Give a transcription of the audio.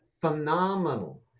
Phenomenal